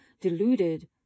deluded